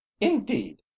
indeed